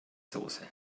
soße